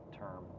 term